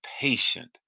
patient